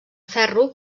ferro